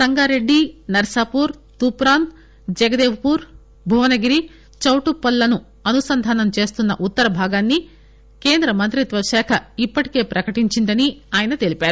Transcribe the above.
Sangareddy Narsapur Toopran Jagdevpur Bhuvanagiri Choutuppal లను అనుసంధానం చేస్తున్న ఉత్తర భాగాన్ని కేంద్ర మంత్రిత్వ శాఖ ఇప్పటికే ప్రకటించిందని ఆయన తెలిపారు